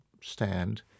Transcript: stand